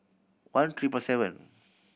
one triple seven